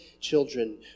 children